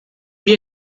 mir